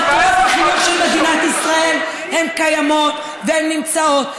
מטרות החינוך של מדינת ישראל הן קיימות והן נמצאות,